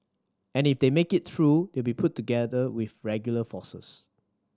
and if they make it through they'll be put with regular forces